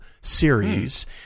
series